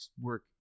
work